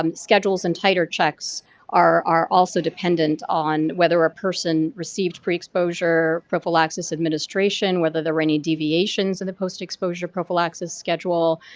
um schedules and titer checks are are also dependent on whether a person received pre-exposure prophylaxis administration, whether there were any deviations in the post-exposure prophylaxis schedule,